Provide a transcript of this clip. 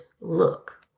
look